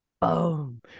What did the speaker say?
boom